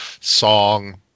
song